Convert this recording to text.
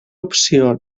opció